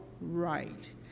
right